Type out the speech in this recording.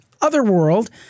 Otherworld